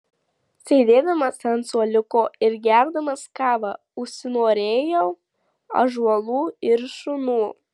sėdėdamas ant suoliuko ir gerdamas kavą užsinorėjau ąžuolų ir šunų